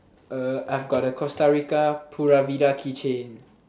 uh I've got a Costa-Rica pura vida keychain